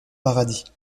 paradis